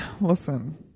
listen